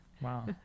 Wow